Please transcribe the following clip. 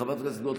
חברת הכנסת גוטליב,